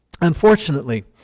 Unfortunately